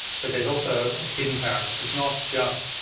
but there's also hidden power in this. it's not just,